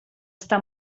està